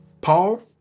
Paul